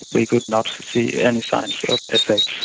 we could not see any signs of effect,